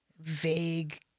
vague